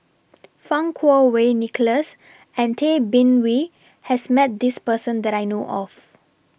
Fang Kuo Wei Nicholas and Tay Bin Wee has Met This Person that I know of